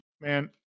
Man